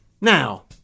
Now